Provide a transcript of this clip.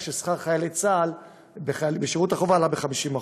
ששכר חיילי צה"ל בשירות החובה עלה ב-50%.